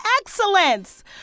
excellence